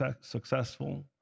successful